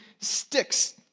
sticks